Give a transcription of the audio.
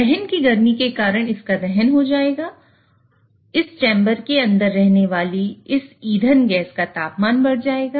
दहन की गर्मी के कारण इसका दहन हो जाएगा इस चैम्बर के अंदर रहने वाली इस ईंधन गैस का तापमान बढ़ जाएगा